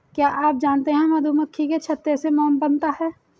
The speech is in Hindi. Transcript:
क्या आप जानते है मधुमक्खी के छत्ते से मोम बनता है